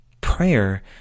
Prayer